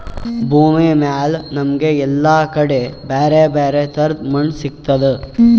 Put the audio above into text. ಭೂಮಿಮ್ಯಾಲ್ ನಮ್ಗ್ ಎಲ್ಲಾ ಕಡಿ ಬ್ಯಾರೆ ಬ್ಯಾರೆ ತರದ್ ಮಣ್ಣ್ ಸಿಗ್ತದ್